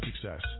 success